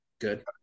Good